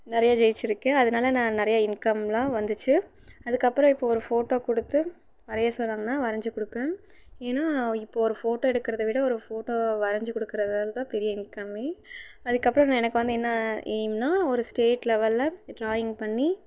நிறைய ஜெயிச்சிருக்கேன் அதனால நான் நிறைய இன்கம்லாம் வந்துச்சு அதுக்கப்புறோம் இப்போ ஒரு ஃபோட்டோ கொடுத்து வரைய சொன்னாங்கன்னா வரஞ்சு கொடுப்பேன் ஏன்னா இப்போ ஒரு ஃபோட்டோ எடுக்கறதை விட ஒரு ஃபோட்டோவை வரஞ்சுக் கொடுக்கறதால தான் பெரிய இன்கம்மே அதுக்கப்புறோம் நான் எனக்கு வந்து என்ன எயிம்ன்னா ஒரு ஸ்டேட் லெவலில் ட்ராயிங் பண்ணி